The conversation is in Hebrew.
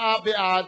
64 בעד,